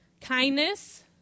Kindness